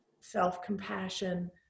self-compassion